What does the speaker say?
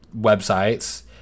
websites